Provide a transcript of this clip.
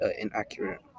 inaccurate